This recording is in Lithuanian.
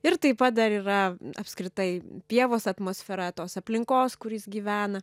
ir taip pat dar yra apskritai pievos atmosfera tos aplinkos kur jis gyvena